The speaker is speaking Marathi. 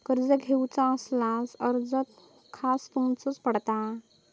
कर्ज घेऊचा असल्यास अर्ज खाय करूचो पडता?